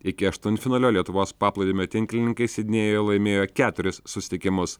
iki aštuntfinalio lietuvos paplūdimio tinklininkai sidnėjuje laimėjo keturis susitikimus